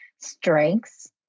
strengths